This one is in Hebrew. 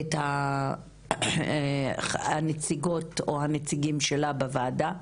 את הנציגות או הנציגים שלה בוועדה.